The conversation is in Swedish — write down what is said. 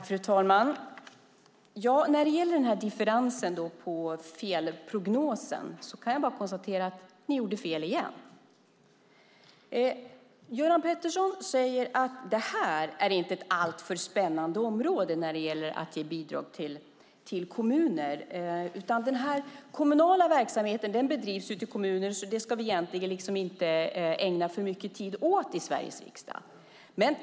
Fru talman! När det gäller differensen i prognosen kan jag bara konstatera att ni gjorde fel igen. Göran Pettersson säger att detta med att ge bidrag till kommuner inte är ett alltför spännande område. Han verkar mena att den kommunala verksamheten bedrivs ute i kommuner, så den ska vi inte ägna för mycket tid åt i Sveriges riksdag.